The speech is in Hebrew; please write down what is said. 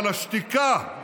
אבל השתיקה,